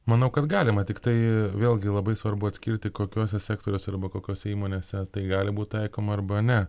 manau kad galima tiktai vėlgi labai svarbu atskirti kokiuose sektoriuose arba kokiose įmonėse tai gali būt taikoma arba ne